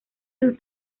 sus